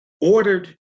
ordered